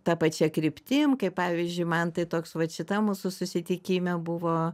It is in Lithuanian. ta pačia kryptim kaip pavyzdžiui man tai toks vat šitam mūsų susitikime buvo